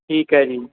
ਠੀਕ ਹੈ ਜੀ